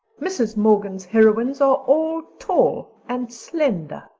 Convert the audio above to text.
mrs. morgan's heroines are all tall and slender.